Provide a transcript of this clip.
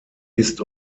ist